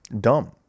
dumb